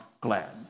glad